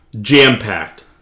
Jam-packed